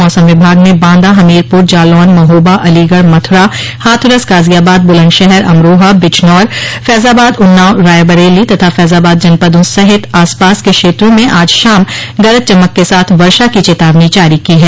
मौसम विभाग ने बांदा हमीरपुर जालौन महोबा अलीगढ़ मथुरा हाथरस गाजियाबाद बुलन्दशहर अमरोहा बिजनौर फैजाबाद उन्नाव रायबरेली तथा फैजाबाद जनपदों सहित आसपास के क्षेत्रों में आज शाम गरज चमक के साथ वर्षा की चेतावनी जारी की है